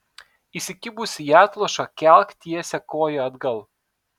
įsikibusi į atlošą kelk tiesią koją atgal